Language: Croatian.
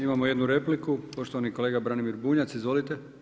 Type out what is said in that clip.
Imamo jednu repliku, poštovani kolega Branimir Bunjac, izvolite.